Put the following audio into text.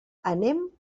anem